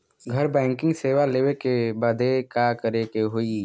घर बैकिंग सेवा लेवे बदे का करे के होई?